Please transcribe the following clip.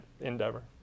endeavor